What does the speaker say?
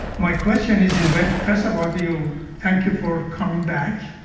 my question is you went, first of all, to you thank you for coming back.